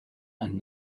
and